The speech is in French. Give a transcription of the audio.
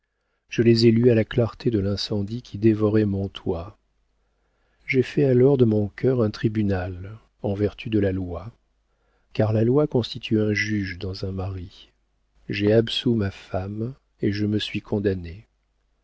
je les ai lues à la clarté de l'incendie qui dévorait mon toit j'ai fait alors de mon cœur un tribunal en vertu de la loi car la loi constitue un juge dans un mari j'ai absous ma femme et je me suis condamné